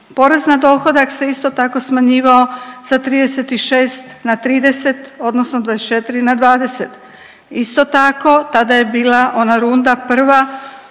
pored na dohodak se isto tako smanjivao sa 36 na 30 odnosno 24 na 20. Isto tako, tada je bila ona runda prva